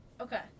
okay